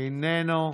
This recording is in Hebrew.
איננו.